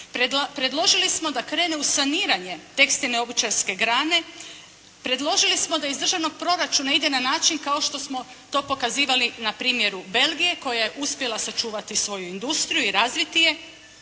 Predložili smo da krene u saniranje tekstilne i obućarske grane, predložili smo da iz državnog proračuna ide na način kao što smo to pokazivali na primjeru Belgije koja je uspjela sačuvati svoju industriju i razviti je.